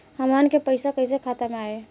हमन के पईसा कइसे खाता में आय?